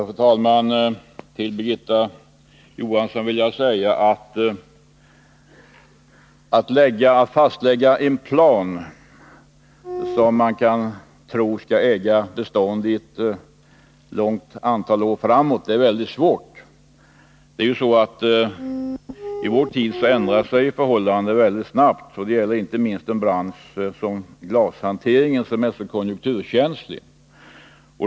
Fru talman! Till Birgitta Johansson vill jag säga att det är väldigt svårt att fastlägga en plan som skall äga bestånd under ett stort antal år. Förhållandena ändrar sig ju mycket snabbt i vår tid. Det gäller inte minst en sådan bransch som glashanteringen, som är mycket konjunkturkänslig.